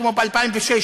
כמו ב-2006,